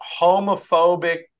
homophobic